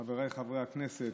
חבריי חברי הכנסת,